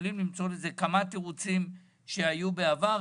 יכולים למצוא לזה כמה תירוצים שהיו בעבר.